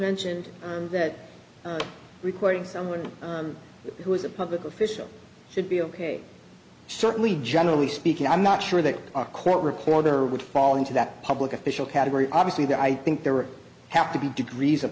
mentioned that recording someone who is a public official should be ok certainly generally speaking i'm not sure that a court reporter would fall into that public official category obviously that i think there are have to be degrees of